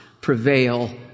prevail